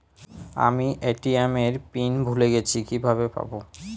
আমি এ.টি.এম এর পিন ভুলে গেছি কিভাবে পাবো?